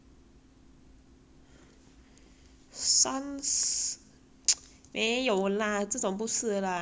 三 没有啦这种不是啦这种草龟没有这样久的 lah